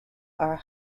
are